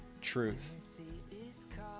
truth